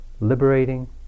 liberating